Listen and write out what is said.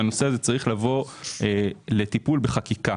שהנושא הזה צריך לבוא לטיפול בחקיקה.